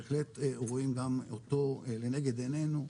בהחלט רואים גם אותו לנגד עינינו,